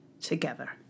together